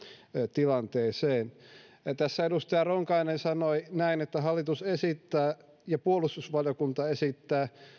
tilanteeseen ja tässä edustaja ronkainen sanoi näin että hallitus esittää ja puolustusvaliokunta esittää